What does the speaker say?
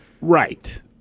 Right